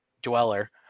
dweller